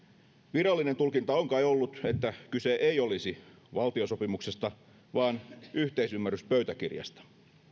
virallinen tulkinta on kai ollut että kyse ei olisi valtiosopimuksesta vaan yhteisymmärryspöytäkirjasta